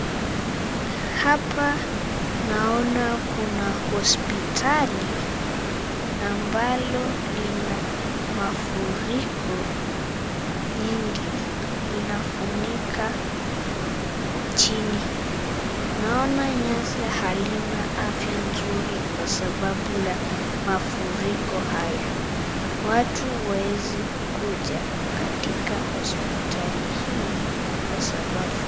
Hapa naona kuna hospitali ambalo lina mafuriko nyingi linafunika chini. Naona nyasi halina afya nzuri kwa sababu la mafuriko haya. Watu awezi kuja katika hospitali hii kwasababu.